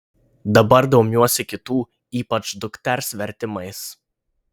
dabar domiuosi kitų ypač dukters vertimais